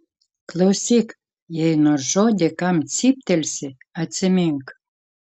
klausyk jei nors žodį kam cyptelsi atsimink